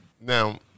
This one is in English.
now